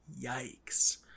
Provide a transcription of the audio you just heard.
Yikes